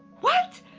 what?